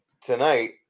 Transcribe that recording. tonight